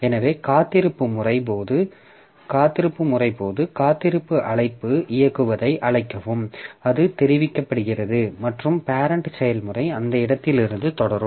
எனவே காத்திருப்பு முறை போது காத்திருப்பு அழைப்பை இயக்குவதை அழைக்கவும் அது தெரிவிக்கப்படுகிறது மற்றும் பேரெண்ட் செயல்முறை அந்த இடத்திலிருந்து தொடரும்